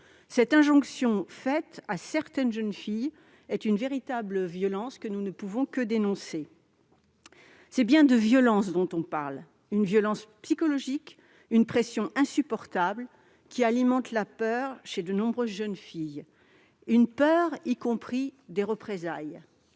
Cette injonction faite à certaines jeunes filles est une véritable violence que nous ne pouvons que dénoncer. C'est bien de violence qu'on parle : une violence psychologique, une pression insupportable, qui alimente la peur chez de nombreuses jeunes filles, y compris de représailles.